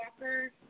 Walker